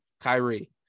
Kyrie